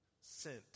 sent